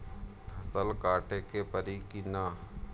फसल काटे के परी कि न?